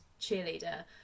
cheerleader